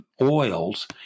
oils